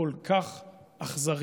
וכל כך אכזרית.